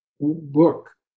book